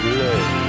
love